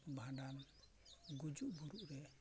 ᱵᱷᱟᱸᱰᱟᱱ ᱜᱩᱡᱩᱜ ᱵᱩᱨᱩᱜ ᱨᱮ